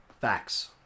Facts